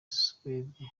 suwede